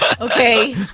Okay